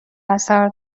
اثر